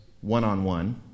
one-on-one